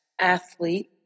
athlete